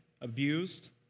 abused